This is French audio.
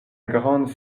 grande